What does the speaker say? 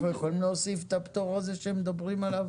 אנחנו יכולים להוסיף את הפטור הזה שמדברים עליו?